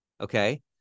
Okay